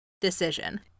decision